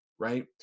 right